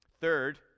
Third